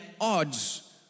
odds